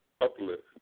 uplift